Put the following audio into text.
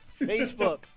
Facebook